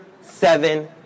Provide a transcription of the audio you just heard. seven